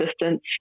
distance